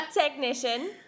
technician